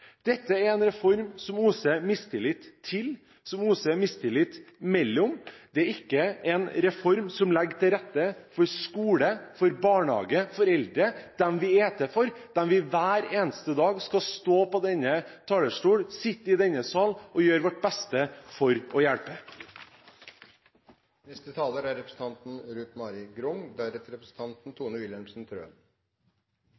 Dette er en reform som oser av mistillit til kommunene, som oser av mistillit mellom kommune og stat. Det er ikke en reform som legger til rette for skole, barnehage, eldre, dem vi er til for, dem vi hver eneste dag skal stå på denne talerstolen eller sitte i denne salen og gjøre vårt beste for å